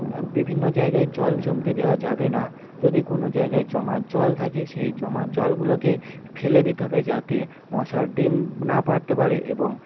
বিভিন্ন জায়গায় জল জমতে দেওয়া যাবেনা যদি কোনো জায়গায় জমা জল থাকে সেই জমা জলগুলোকে ফেলে দিতে হবে যাতে মশা ডিম না পাড়তে পারে এবং